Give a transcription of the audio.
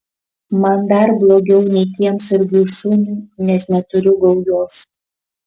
man dar blogiau nei kiemsargiui šuniui nes neturiu gaujos